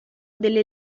delle